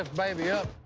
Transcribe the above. ah baby up.